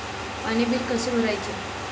पाणी बिल कसे भरायचे?